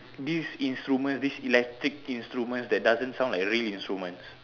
this instrument this electric instrument that doesn't sound like real instrument